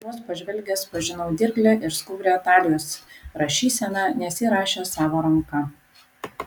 vos pažvelgęs pažinau dirglią ir skubrią talijos rašyseną nes ji rašė savo ranka